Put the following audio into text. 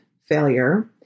failure